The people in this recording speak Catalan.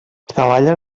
treballa